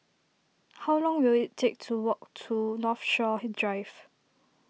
how long will it take to walk to Northshore Drive